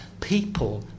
people